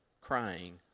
crying